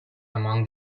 among